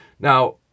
Now